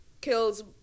kills